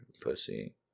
pussy